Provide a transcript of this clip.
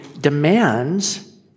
demands